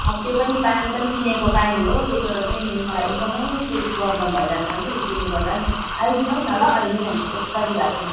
अब त्यो पनि पानी पनि किनेको पानी हो त्यसो र चाहिँ मलाई एकदमै बेसी प्रब्लम भइरहेको छ कि त्यसले गर्दा नि आइदिनु होस् न ल अहिले नै जसरी भए पनि